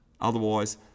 Otherwise